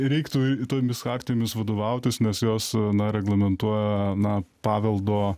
reiktų tomis chartijomis vadovautis nes jos na reglamentuoja na paveldo